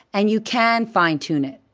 and you can fine tune it.